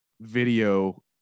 video